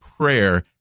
prayer